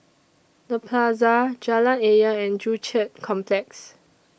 The Plaza Jalan Ayer and Joo Chiat Complex